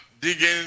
digging